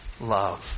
love